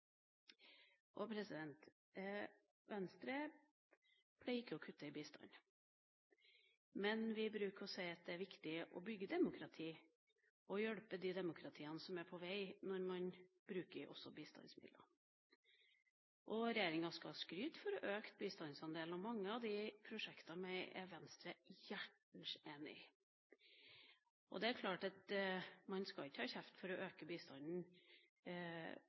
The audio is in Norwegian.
men vi bruker å si at det er viktig å bygge demokrati og hjelpe de demokratiene som er på vei når man også bruker bistandsmidlene. Regjeringa skal ha skryt for å ha økt bistandsandelen, og mange av de prosjektene er Venstre hjertens enig i. Det er klart at man ikke skal ha kjeft for å øke bistanden